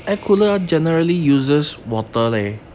um